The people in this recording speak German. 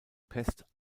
pest